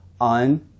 on